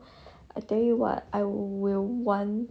I tell you what I will want